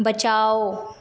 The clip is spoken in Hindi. बचाओ